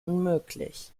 unmöglich